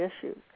issues